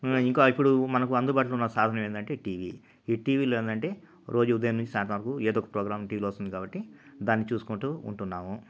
ఇంకా ఇప్పుడు మనకు అందుబాటులో ఉన్న సాధనం ఏందంటే టీవీ ఈ టీవీలో ఏందంటే రోజూ ఉదయం నుంచి సాయంత్రం వరకు ఏదో ఒక ప్రోగ్రాము టీవీలో వస్తుంది కాబట్టి దాన్ని చూసుకుంటూ ఉంటున్నాము